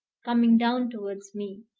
coming down towards me,